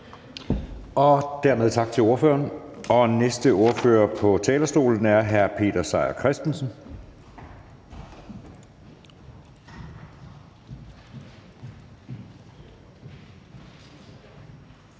Dermed tak til ordføreren. Den næste ordfører på talerstolen er hr. Peter Seier Christensen.